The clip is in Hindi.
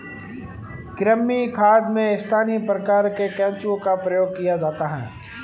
कृमि खाद में स्थानीय प्रकार के केंचुओं का प्रयोग किया जाता है